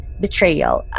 betrayal